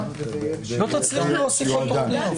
לא תצליחו להוסיף עוד תוכניות.